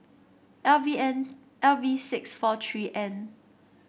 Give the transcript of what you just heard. L V N L V six four three N